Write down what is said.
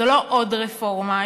זו לא עוד רפורמה.